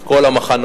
את כל המחנות.